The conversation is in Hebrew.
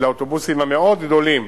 אלה האוטובוסים המאוד-גדולים